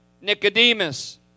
Nicodemus